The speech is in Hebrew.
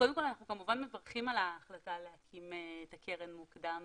קודם כל אנחנו כמובן מברכים על ההחלטה להקים את הקרן מוקדם